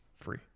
free